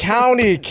County